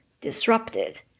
disrupted